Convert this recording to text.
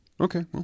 Okay